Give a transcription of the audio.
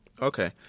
Okay